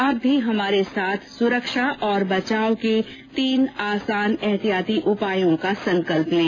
आप भी हमारे साथ सुरक्षा और बचाव के तीन आसान एहतियाती उपायों का संकल्प लें